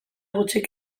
gutxik